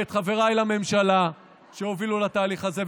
ואת חבריי לממשלה שהובילו לתהליך הזה,